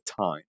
time